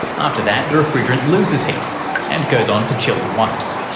after that the refrigerant loses heat and goes on to chill the whites.